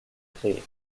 créé